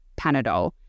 Panadol